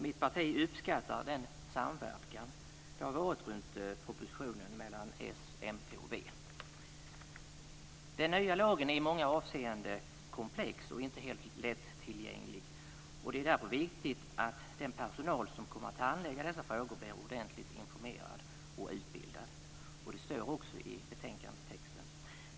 Mitt parti uppskattar den samverkan som varit kring propositionen mellan s, mp och v. Den nya lagen är i många avseenden komplex och inte helt lättillgänglig. Det är därför viktigt att den personal som kommer att handlägga dessa frågor blir ordentligt informerad och utbildad. Det står också i betänkandetexten.